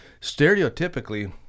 stereotypically